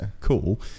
cool